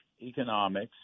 economics